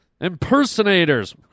impersonators